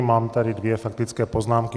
Mám tady dvě faktické poznámky.